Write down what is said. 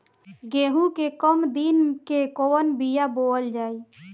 गेहूं के कम दिन के कवन बीआ बोअल जाई?